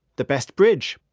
the best bridge,